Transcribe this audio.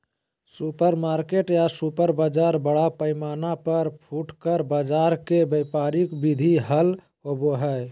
supermarket या super बाजार बड़ पैमाना पर फुटकर बाजार के व्यापारिक विधि हल होबा हई